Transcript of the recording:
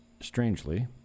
strangely